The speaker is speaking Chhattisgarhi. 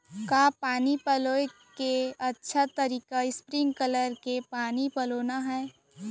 का पानी पलोय के अच्छा तरीका स्प्रिंगकलर से पानी पलोना हरय?